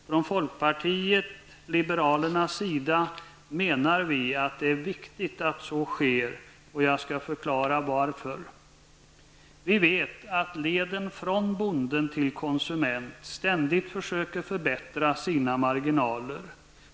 Vi i folkpartiet liberalerna menar att det är viktigt att så sker, och jag skall förklara varför. Vi vet att leden från bonden till konsumenten ständigt försöker förbättra sina marginaler.